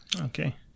okay